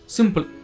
Simple